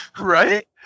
right